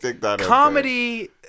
comedy